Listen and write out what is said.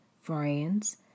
friends